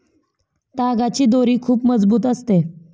तागाची दोरी खूप मजबूत असते